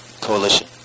coalition